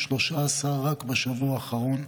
13 רק בשבוע האחרון.